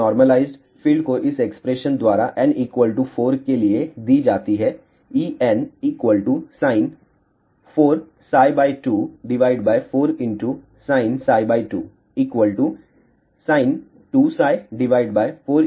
तो normalised field को इस एक्सप्रेशन द्वारा n 4 के लिए दी जाती है Ensin4ψ24sinψ2sin24sinψ2